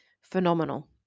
phenomenal